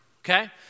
okay